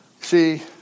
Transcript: See